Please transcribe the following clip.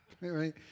right